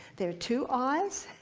there are two eyes,